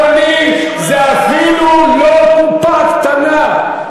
זו אפילו לא קופה קטנה.